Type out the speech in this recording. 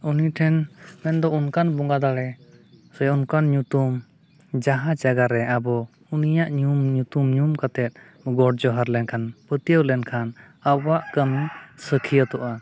ᱩᱱᱤ ᱴᱷᱮᱱ ᱢᱮᱱᱫᱚ ᱚᱱᱠᱟᱱ ᱵᱚᱸᱜᱟ ᱫᱟᱲᱮ ᱥᱮ ᱚᱱᱠᱟᱱ ᱧᱩᱛᱩᱢ ᱡᱟᱦᱟᱸ ᱡᱟᱭᱜᱟᱨᱮ ᱟᱵᱚ ᱩᱱᱤᱭᱟᱜ ᱧᱩᱢ ᱧᱩᱛᱩᱢ ᱧᱩᱢ ᱠᱟᱛᱮᱫ ᱜᱚᱰ ᱡᱚᱦᱟᱨ ᱞᱮᱱᱠᱷᱟᱱ ᱯᱟᱹᱛᱭᱟᱹᱣ ᱞᱮᱱᱠᱷᱟᱱ ᱟᱵᱚᱣᱟᱜ ᱠᱟᱹᱢᱤ ᱥᱟᱹᱠᱷᱤᱭᱟᱹᱛᱚᱜᱼᱟ